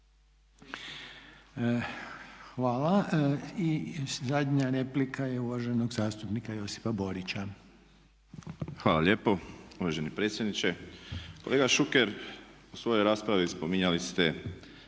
Hvala. I zadnja replika je uvaženog zastupnika Josipa Borića. **Borić, Josip (HDZ)** Hvala lijepo uvaženi predsjedniče. Kolega Šuker, u svojoj raspravi spominjali ste